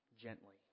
gently